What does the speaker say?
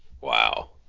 wow